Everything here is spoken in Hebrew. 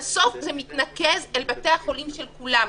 בסוף זה מתנקז אל בתי החולים של כולם.